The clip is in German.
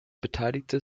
beteiligte